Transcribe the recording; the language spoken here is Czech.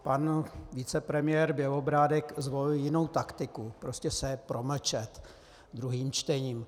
Pan vicepremiér Bělobrádek zvolil jinou taktiku prostě se promlčet druhým čtením.